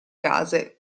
case